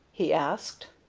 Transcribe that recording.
he asked.